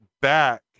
back